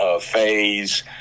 phase